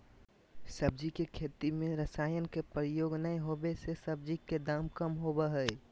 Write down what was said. सब्जी के खेती में रसायन के प्रयोग नै होबै से सब्जी के दाम कम होबो हइ